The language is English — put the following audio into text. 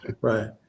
Right